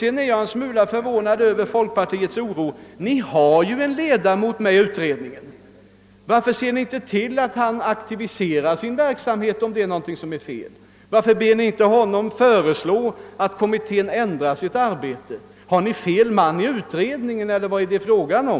Jag är en smula förvånad över folkpartiets oro. Ni har ju en ledamot med i utredningen. Varför ser ni inte till att han aktiverar sin verksamhet, om någonting är fel? Varför ber ni inte honom att föreslå att kommittén ändrar sitt arbete? Har ni fel man i utredningen eller vad är det fråga om?